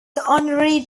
honorary